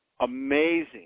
amazing